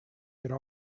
could